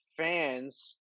fans